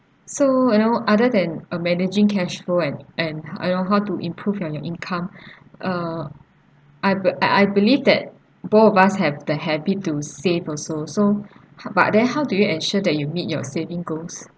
so you know other than ah managing cash roll and and ah you know how to improve on your income uh I be~ I I believe that both of us have the habit to save also so ha~ but then how do you ensure that you meet your saving goals